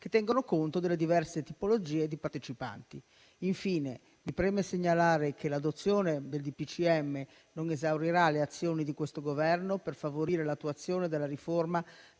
che tengono conto delle diverse tipologie di partecipanti. Infine, mi preme segnalare che l'adozione del DPCM non esaurirà le azioni di questo Governo per favorire l'attuazione della riforma